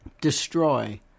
destroy